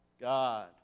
God